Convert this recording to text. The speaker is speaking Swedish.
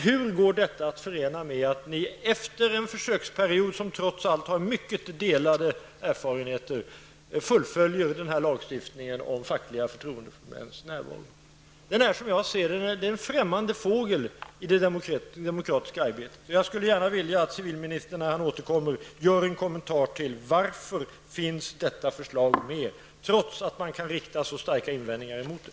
Hur går detta att förena med att ni, efter en försöksperiod som trots allt gav mycket delade erfarenheter, fullföljer den här lagstiftningen om fackliga förtroendemäns närvaro? Det är en främmande fågel i det demokratiska arbetet. Jag skulle gärna vilja att civilministern, när han återkommer, ger en kommentar till varför detta förslag finns med, trots att man kan rikta så starka invändningar mot det.